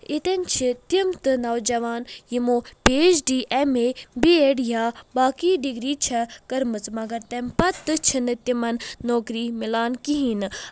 ییٚتٮ۪ن چھِ تِم تہِ نوجوان یِمو P H D M A B Ed یا باقٕے ڈگری چھےٚ کٔرمٕژ مگر تمہِ پتہٕ تہِ چھِنہٕ تِمن نوکٔری مِلان کہیٖنۍ نہٕ